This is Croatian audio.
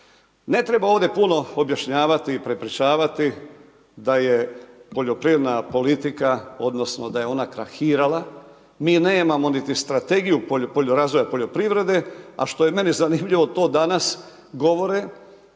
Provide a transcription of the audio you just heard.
Ne treba ovdje puno objašnjavati i prepričavati da je poljoprivredna politika, odnosno da je ona krahirala, mi nemamo niti strategiju razvoja poljoprivrede. A što je meni zanimljivo to danas govore